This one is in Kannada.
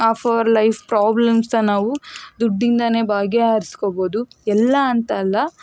ಆಫ್ ಅವರ್ ಲೈಫ್ ಪ್ರಾಬ್ಲಮ್ಸ್ನ ನಾವು ದುಡ್ಡಿಂದನೇ ಬಗೆಹರಿಸ್ಕೋಬೋದು ಎಲ್ಲ ಅಂತಲ್ಲ